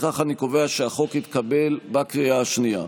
לפיכך אני קובע שהחוק התקבל בקריאה השנייה.